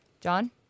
John